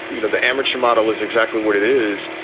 you know, the amateur model is exactly what it is.